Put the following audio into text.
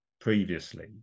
previously